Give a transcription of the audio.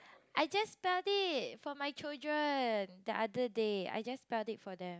I just spelled it for my children the other day I just spelled it for them